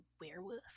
werewolf